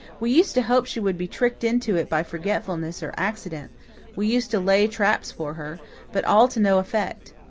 we used to hope she would be tricked into it by forgetfulness or accident we used to lay traps for her but all to no effect.